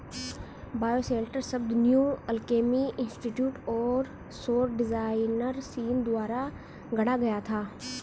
bioshelter शब्द New Alchemy Institute और सौर डिजाइनर सीन द्वारा गढ़ा गया था